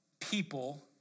people